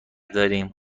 داریم